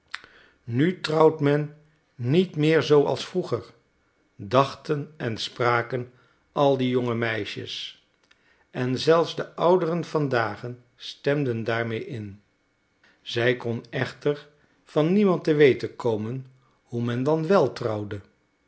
nu trouwt men niet meer zoo als vroeger dachten en spraken al die jonge meisjes en zelfs de ouderen van dagen stemden daarmede in zij kon echter van niemand te weten komen hoe men dan wel trouwde